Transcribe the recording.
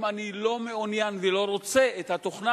אם אני לא מעוניין ולא רוצה את התוכנה